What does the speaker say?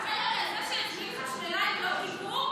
זה שהזמין חשמלאי ביום כיפור?